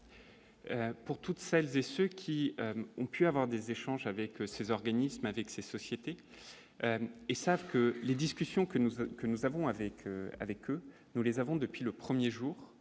Pour toutes celles et ceux qui ont pu avoir des échanges avec ces organismes avec ces sociétés et savent que les discussions que nous ce que nous avons avec avec nous les avons depuis le 1er jour